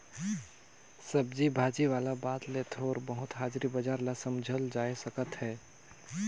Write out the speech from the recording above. सब्जी भाजी वाला बात ले थोर बहुत हाजरी बजार ल समुझल जाए सकत अहे